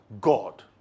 God